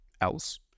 else